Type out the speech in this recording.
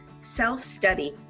self-study